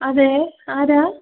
അതേ ആരാണ്